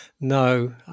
No